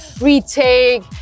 retake